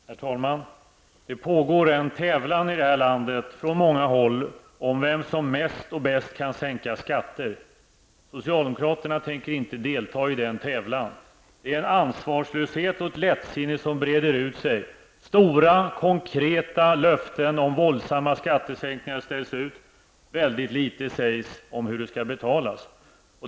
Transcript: Herr talman! Det pågår en tävlan i det här landet från många håll om vem som mest och bäst kan sänka skatter. Socialdemokraterna tänker inte delta i denna tävlan. Det är en ansvarslöshet och ett lättsinne som breder ut sig. Stora, konkreta löften om våldsamma skattesänkningar ställs ut. Men väldigt litet sägs om hur det skall betalas.